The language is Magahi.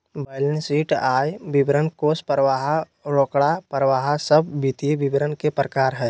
बैलेंस शीट, आय विवरण, कोष परवाह, रोकड़ परवाह सब वित्तीय विवरण के प्रकार हय